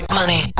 money